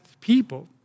people